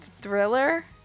Thriller